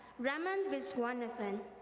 raman viswarnathan.